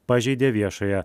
pažeidė viešąją